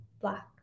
black